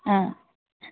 অঁ